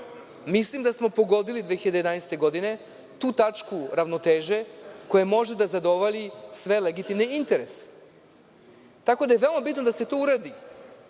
Mislim da smo pogodili 2011. godine tu tačku ravnoteže koja može da zadovolji sve legitimne interese. Mislim da je veoma bitno da se to uradi.